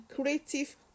creative